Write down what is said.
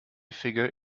figure